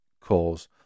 cause